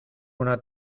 una